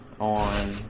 on